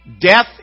Death